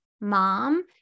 mom